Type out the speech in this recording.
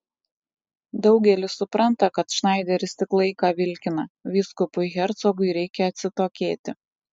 daugelis supranta kad šnaideris tik laiką vilkina vyskupui hercogui reikia atsitokėti